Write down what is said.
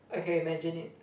I can imagine it